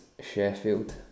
Sheffield